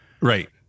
right